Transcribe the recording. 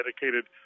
dedicated